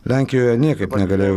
lenkijoje niekaip negalėjau